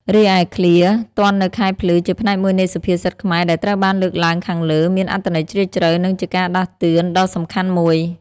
រីឯ ឃ្លា ទាន់នៅខែភ្លឺ ជាផ្នែកមួយនៃសុភាសិតខ្មែរដែលត្រូវបានលើកឡើងខាងលើ មានអត្ថន័យជ្រាលជ្រៅ និងជាការដាស់តឿនដ៏សំខាន់មួយ។